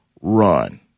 run